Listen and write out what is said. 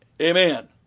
Amen